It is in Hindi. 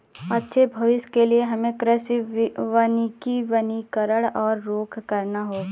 अच्छे भविष्य के लिए हमें कृषि वानिकी वनीकरण की और रुख करना होगा